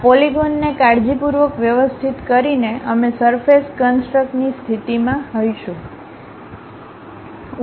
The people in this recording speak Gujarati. આ પોલીગોનને કાળજીપૂર્વક વ્યવસ્થિત કરીને અમે સરફેસ કન્સટ્રક્ની સ્થિતિમાં હોઈશું